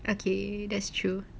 okay that's true